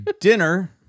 dinner